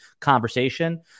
conversation